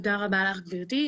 תודה רבה לך גברתי.